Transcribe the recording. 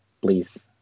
please